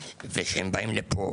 וכשהם באים לפה